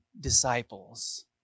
disciples